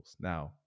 Now